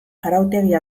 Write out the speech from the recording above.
arautegia